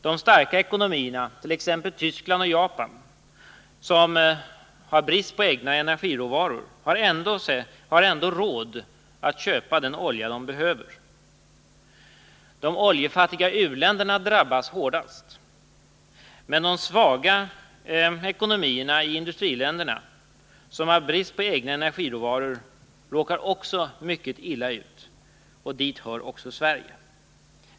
De starka ekonomierna, t.ex. Västtyskland och Japan, som har brist på egna energiråvaror har ändå råd att köpa den olja de behöver. De oljefattiga u-länderna drabbas hårdast. Men också de svaga ekonomierna i industriländer som har brist på egna energiråvaror råkar mycket illa ut. Dit hör också Sverige.